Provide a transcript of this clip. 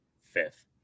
fifth